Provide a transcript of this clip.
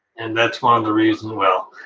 and that's one of the reasons, well,